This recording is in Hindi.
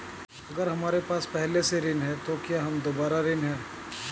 अगर हमारे पास पहले से ऋण है तो क्या हम दोबारा ऋण हैं?